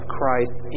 Christ